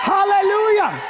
Hallelujah